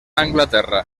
anglaterra